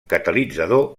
catalitzador